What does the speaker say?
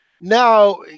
Now